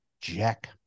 Jack